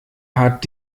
hat